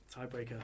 tiebreaker